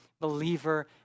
believer